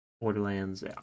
Borderlands